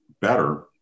better